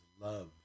love